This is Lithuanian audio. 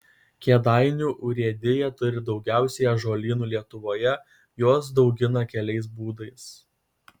kėdainių urėdija turi daugiausiai ąžuolynų lietuvoje juos daugina keliais būdais